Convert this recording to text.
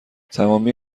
تمامی